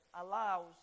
allows